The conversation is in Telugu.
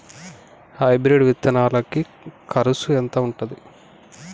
హైబ్రిడ్ విత్తనాలకి కరుసు ఎంత ఉంటది?